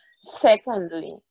secondly